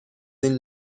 این